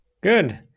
Good